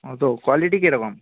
ও তো কোয়ালিটি কী রকম